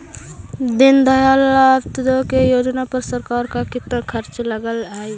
दीनदयाल अंत्योदय योजना पर सरकार का कितना खर्चा लगलई हे